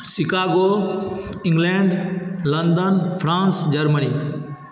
Chicago England London France Germany